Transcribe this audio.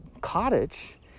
cottage